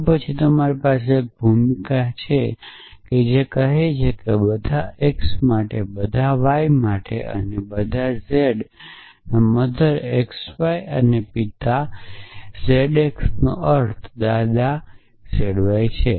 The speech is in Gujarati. તો પછી તમારી પાસે એક ભૂમિકા હોઈ શકે જે કહે છે કે બધા x માટે બધા y માટે અને બધા મધર XY અને પિતા zx નો અર્થ દાદા z y છે